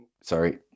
sorry